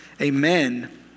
Amen